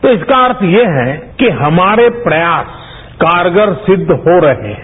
तो इसका अर्थ ये है कि हमारे प्रयास कारगर सिद्ध हो रहे हैं